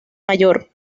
mayor